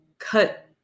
cut